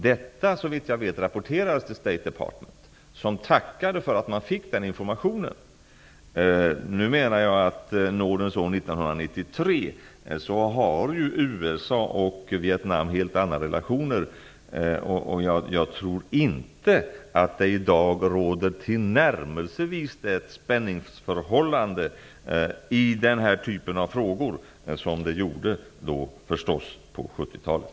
Detta rapporterades såvitt jag vet till State Department, som tackade för att man fick den informationen. Jag tror att USA och Vietnam nu, i nådens år 1993, har helt förändrade relationer. Jag tror inte att det i dag råder tillnärmelsevis ett sådant spänningsförhållande i den här typen av frågor som det förstås gjorde på 70-talet.